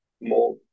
more